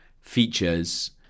features